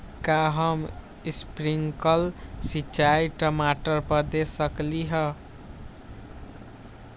का हम स्प्रिंकल सिंचाई टमाटर पर दे सकली ह?